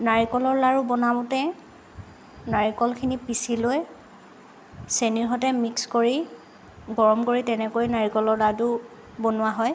নাৰিকলৰ লাড়ু বনাওঁতে নাৰিকলখিনি পিঁচি লৈ চেনিৰ সৈতে মিক্স কৰি গৰম কৰি তেনেকৈয়ে নাৰিকলৰ লাডু বনোৱা হয়